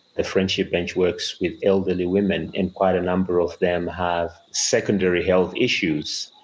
the friendship bench works with elderly women and quite a number of them have secondary health issues.